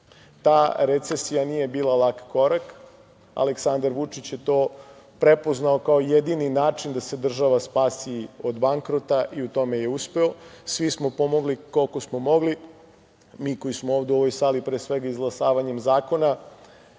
ta recesija nije bila lak korak. Aleksandar Vučić je to prepoznao kao jedini način da se država spasi od bankrota i u tome je uspeo. Svi smo pomogli koliko smo mogli. Mi koji smo ovde u ovoj sali, pre svega izglasavanjem zakona